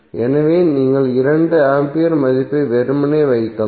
எனவே நீங்கள் 2 ஆம்பியர் மதிப்பை வெறுமனே வைக்கலாம்